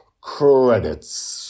credits